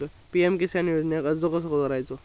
PM Kisan योजनेक अर्ज कसो करायचो?